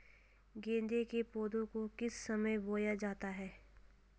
गेंदे के पौधे को किस समय बोया जाता है?